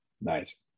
Nice